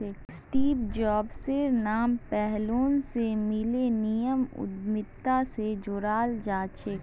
Steve जॉब्सेर नाम पैहलौं स मिलेनियम उद्यमिता स जोड़ाल जाछेक